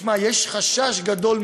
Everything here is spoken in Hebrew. אני לא אציין את שמו: שמע, יש חשש גדול מאוד,